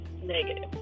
Negative